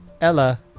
Ella